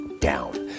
down